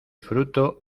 fruto